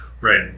Right